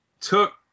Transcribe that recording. took